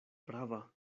prava